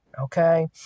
okay